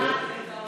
תע"ל זה צהוב.